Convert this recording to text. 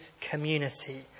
community